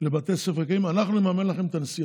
לבתי ספר, אנחנו נממן לכם את הנסיעות.